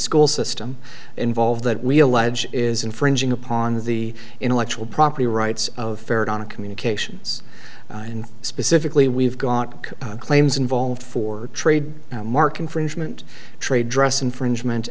school system involved that we allege is infringing upon the intellectual property rights of fair and on a communications and specifically we've gone claims involved for trade mark infringement trade dress infringement